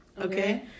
Okay